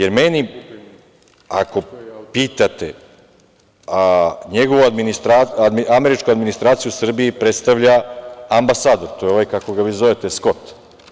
Ako pitate, američku administraciju u Srbiji predstavlja ambasador, to je ovaj kako vi zovete Skot.